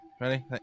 Ready